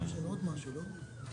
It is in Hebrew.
הישיבה ננעלה בשעה 11:12.